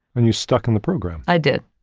and you stuck in the program. i did.